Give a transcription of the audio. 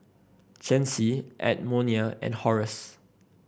Chancey Edmonia and Horace